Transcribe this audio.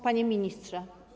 Panie Ministrze!